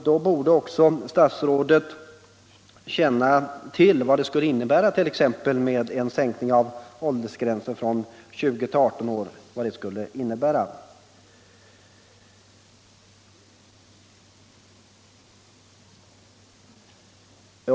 Då borde han också känna till vad det skulle innebära att t.ex. sänka åldersgränsen från 20 till 18 år vid försäljning i systembolagets butiker.